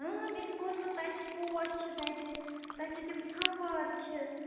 مےٚ چھُ بوزمُت تَتہِ چھِ پوش چھِ تَتہِ تَتہِ چھِ تِم پھَموار چھِ